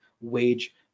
wage